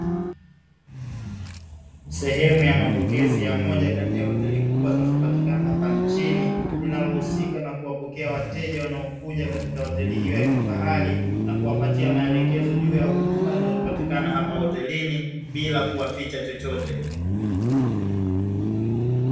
Sehemu ya mapokezi ya moja kati ya hoteli kubwa zinazopatikana hapa nchini, inayohusika na kuwapokea wateja wanaokuja katika hoteli hiyo ya kifahari na kuwapatia maelekezo juu ya huduma zinazopatikana hapa hotelini bila kuwaficha chochote.